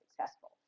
successful